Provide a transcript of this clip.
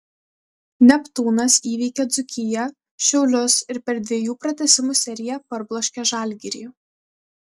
neptūnas įveikė dzūkiją šiaulius ir per dviejų pratęsimų seriją parbloškė žalgirį